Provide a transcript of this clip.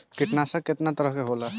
कीटनाशक केतना तरह के होला?